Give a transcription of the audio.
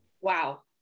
Wow